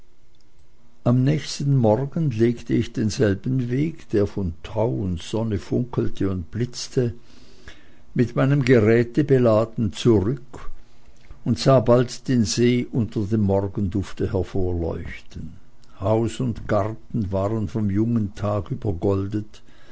am nächsten morgen legte ich denselben weg der von tau und sonne funkelte und blitzte mit meinem geräte beladen zurück und sah bald den see unter dem morgendufte hervor leuchten haus und garten waren vom jungen tag